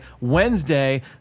Wednesday